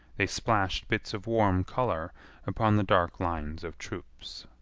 they splashed bits of warm color upon the dark lines of troops.